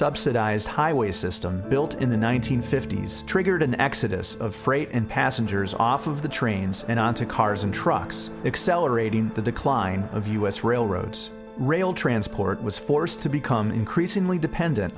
subsidized highway system built in the one nine hundred fifty s triggered an exodus of freight and passengers off of the trains and on to cars and trucks accelerating the decline of us railroads rail transport was forced to become increasingly dependent